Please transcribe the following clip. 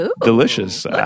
delicious